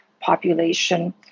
population